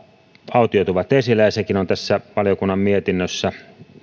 autiotuvat esille ja sekin on valiokunnan mietinnössä